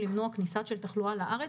כדי למנוע כניסת תחלואה לארץ,